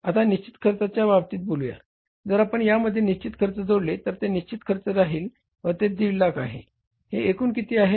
आता निश्चित खर्चाच्या बाबतीत बोलूया जर आपण यामध्ये निश्चित खर्च जोडले तर ते निश्चित राहील व ते 150000 आहे हे एकूण किती आहे